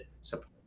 support